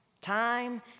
Time